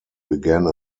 began